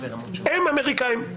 הם אמריקאים,